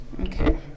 Okay